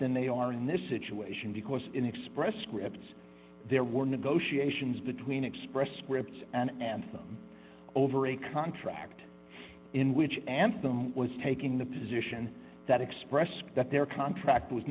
than they are in this situation because in express scripts there were negotiations between express scripts and them over a contract in which anthem was taking the position that expressed that their contract was